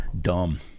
dumb